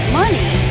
money